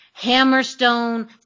Hammerstone